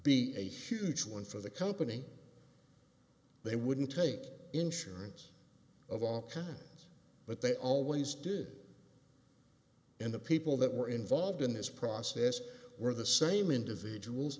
be a huge one for the company they wouldn't take insurance of all kinds but they always did and the people that were involved in this process were the same individuals